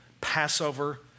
Passover